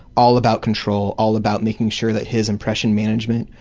all about control, all about making sure that his impression management,